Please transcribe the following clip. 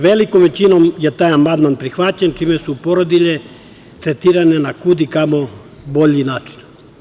Velikom većinom je taj amandman prihvaćen, čime su porodilje tretirane na kudikamo bolji način.